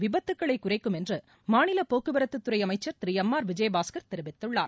விபத்துக்களை குறைக்கும் என்று மாநில போக்குவரத்துத்துறை அமைச்சர் திரு எம் ஆர் விஜயபாஸ்கர் தெரிவித்துள்ளார்